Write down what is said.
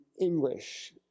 English